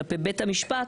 כלפי בית המשפט,